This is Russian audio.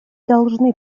должны